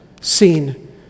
seen